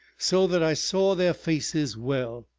so that i saw their faces well.